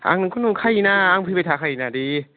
आं नोंखौ नुखायोना आं फैबाय थाखायोना दे